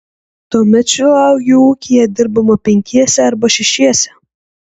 tuomet šilauogių ūkyje dirbame penkiese arba šešiese